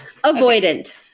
Avoidant